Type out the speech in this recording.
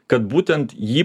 kad būtent jį